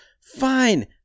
fine